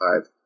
five